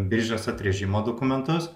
biržės atrėžimo dokumentus